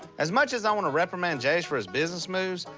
as much as i want to reprimand jase for his business moves,